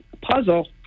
puzzle